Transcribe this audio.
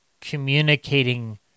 communicating